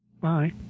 Bye